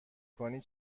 کنی